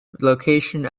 location